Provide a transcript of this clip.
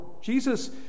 Jesus